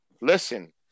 listen